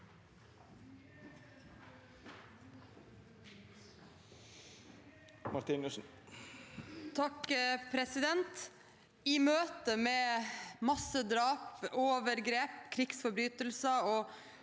I møte med massedrap, overgrep, krigsforbrytelser og